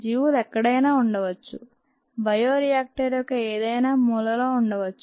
జీవులు ఎక్కడైనా ఉండవచ్చు రిఫర్ టైమ్ 4850 బయో రియాక్టర్ యొక్క ఏదైనా మూలలో ఉండవచ్చు